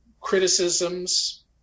criticisms